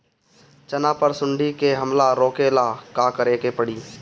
चना पर सुंडी के हमला रोके ला का करे के परी?